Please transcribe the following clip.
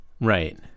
Right